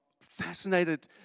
fascinated